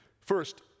first